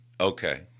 Okay